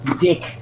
Dick